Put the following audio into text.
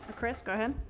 chris, go ahead.